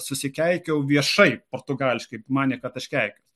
susikeikiau viešai portugališkai manė kad aš keikiuosi